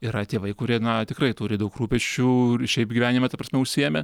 yra tėvai kurie na tikrai turi daug rūpesčių ir šiaip gyvenime ta prasme užsiėmę